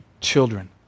children